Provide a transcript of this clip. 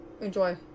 enjoy